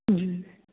ਜੀ